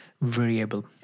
variable